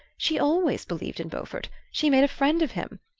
she always believed in beaufort she made a friend of him!